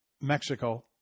Mexico